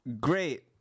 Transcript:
Great